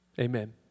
Amen